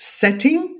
setting